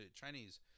chinese